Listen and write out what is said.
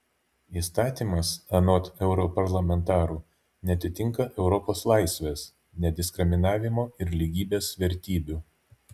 įstatymas anot europarlamentarų neatitinka europos laisvės nediskriminavimo ir lygybės vertybių